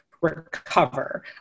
recover